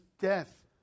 death